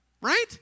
right